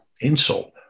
insult